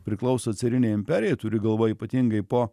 priklauso carinei imperijai turiu galvoj ypatingai po